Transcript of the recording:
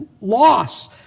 loss